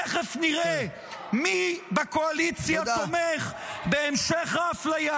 תכף נראה מי בקואליציה תומך בהמשך האפליה